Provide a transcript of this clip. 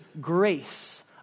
grace